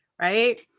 right